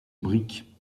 brique